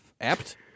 Apt